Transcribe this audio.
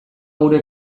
gure